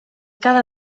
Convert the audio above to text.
cada